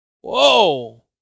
Whoa